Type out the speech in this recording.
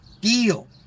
deal